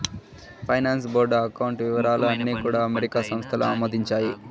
finance board account వివరాలు అన్నీ కూడా అమెరికా సంస్థలు ఆమోదించాయి